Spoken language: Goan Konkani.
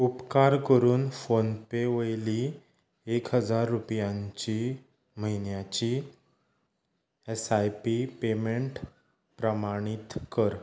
उपकार करून फोनपे वयली एक हजार रुपयांची म्हयन्याची एस आय पी पेमेंट प्रमाणीत कर